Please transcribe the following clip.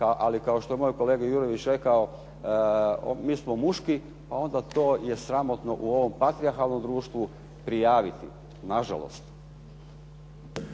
ali kao što je moj kolega Jurjević rekao mi smo muški, pa onda to je sramotno u ovom patrijarhalnom društvu prijaviti. Na žalost.